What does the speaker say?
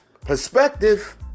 Perspective